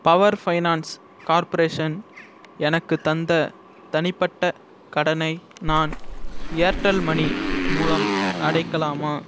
power finance corporation எனக்குத் தந்த தனிப்பட்ட கடனை நான் ஏர்டெல் மணி மூலம் அடைக்கலாமா